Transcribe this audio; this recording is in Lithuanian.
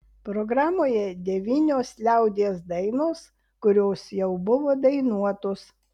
programoje devynios liaudies dainos kurios jau buvo dainuotos